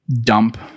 dump